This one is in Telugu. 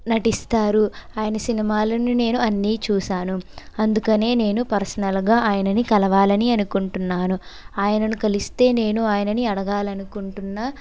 నటిస్తారు ఆయన సినిమాలను నేను అన్నీ చూశాను అందుకనే నేను పర్సనల్గా ఆయనని కలవాలని అనుకుంటున్నాను ఆయనను కలిస్తే నేను ఆయనని అడగాలనుకుంటున్న